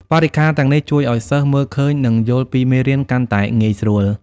បរិក្ខារទាំងនេះជួយឱ្យសិស្សមើលឃើញនិងយល់ពីមេរៀនកាន់តែងាយស្រួល។